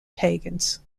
pagans